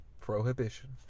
Prohibition